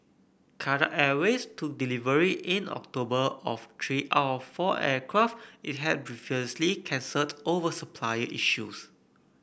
Qatar Airways took delivery in October of three out of four aircraft it had previously cancelled over supplier issues